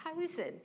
chosen